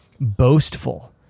Boastful